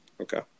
Okay